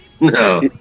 No